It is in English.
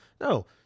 No